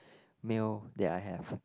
meal that I have